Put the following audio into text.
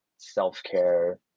self-care